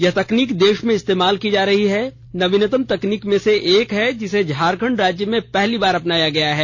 यह तकनीक देश में इस्तेमाल की जा रही नवीनतम तकनीक में से एक है जिसे झारखण्ड राज्य में पहली बार अपनाया गया है